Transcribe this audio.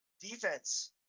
defense